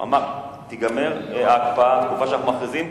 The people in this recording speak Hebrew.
הוא אמר: תיגמר ההקפאה לתקופה שאנחנו מכריזים,